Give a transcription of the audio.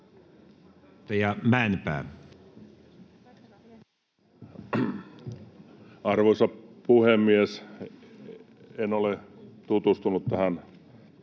Arvoisa puhemies! En ole tutustunut tähän asiaan